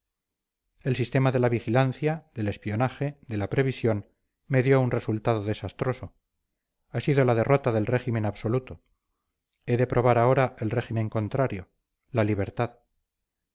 el sistema de la vigilancia del espionaje de la previsión me dio un resultado desastroso ha sido la derrota del régimen absoluto he de probar ahora el régimen contrario la libertad